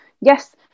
yes